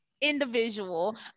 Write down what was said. individual